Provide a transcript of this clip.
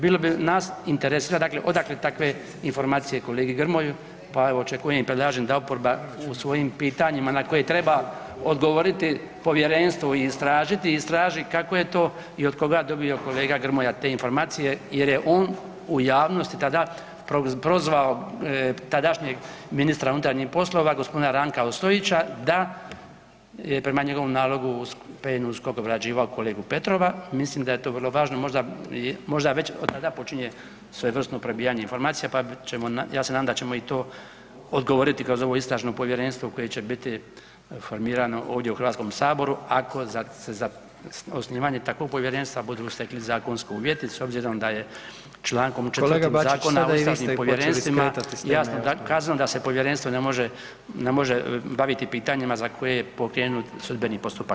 Bilo bi, nas interesira odakle takve informacije kolegi Grmoju, pa evo očekujem i predlažem da oporba u svojim pitanjima na koje treba odgovoriti povjerenstvu i istražiti, istraži kako je to i od koga dobio kolega Grmoja te informacije jer je on u javnosti tada prozvao tadašnjeg ministra unutarnjih poslova ministra gospodina Ranka Ostojića, da je prema njegovom nalogu PNUSKOK obrađivao kolegu Petrova, mislim da je to vrlo važno, možda već od tada počinje svojevrsno probijanje informacija pa ćemo, ja se nadam da ćemo i to odgovoriti kroz ovo istražno povjerenstvo koje će biti formirano ovdje u Hrvatskom saboru, ako se za osnivanje takvog povjerenstva budu stekli zakonski uvjeti s obzirom da je Članom 4. zakona [[Upadica: Kolega Bačić sada i vi ste počeli skretati s teme.]] ustavnim povjerenstvima jasno kazano da se povjerenstvo ne može, ne može baviti pitanjima za koji je pokrenut sudbeni postupak.